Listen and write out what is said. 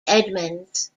edmonds